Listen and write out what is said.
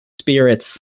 spirits